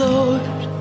Lord